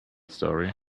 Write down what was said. story